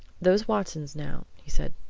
those watsons, now, he said.